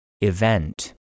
Event